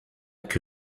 que